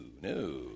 no